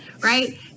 right